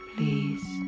Please